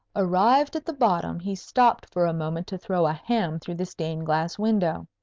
arrived at the bottom, he stopped for a moment to throw a ham through the stained-glass window,